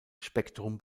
spektrum